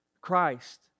Christ